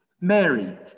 Mary